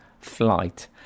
flight